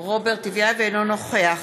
אינו נוכח